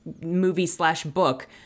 movie-slash-book